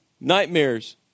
Nightmares